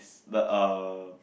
but uh